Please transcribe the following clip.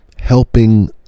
helping